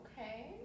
okay